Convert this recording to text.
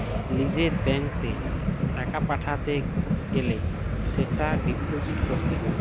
লিজের ব্যাঙ্কত এ টাকা পাঠাতে গ্যালে সেটা ডিপোজিট ক্যরত হ্য়